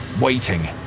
waiting